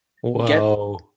whoa